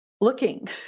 looking